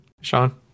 Sean